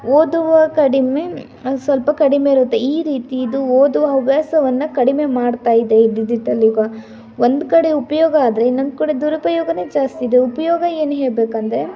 ಓದುವ ಕಡಿಮೆ ಸ್ವಲ್ಪ ಕಡಿಮೆ ಇರುತ್ತೆ ಈ ರೀತಿ ಇದು ಓದುವ ಹವ್ಯಾಸವನ್ನು ಕಡಿಮೆ ಮಾಡ್ತ ಇದೆ ಈ ಡಿಜಿಟಲ್ ಯುಗ ಒಂದು ಕಡೆ ಉಪಯೋಗ ಆದರೆ ಇನ್ನೊಂದು ಕಡೆ ದುರುಪಯೋಗನೆ ಜಾಸ್ತಿ ಇದೆ ಉಪಯೋಗ ಏನು ಹೇಳಬೇಕಂದ್ರೆ